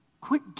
Quit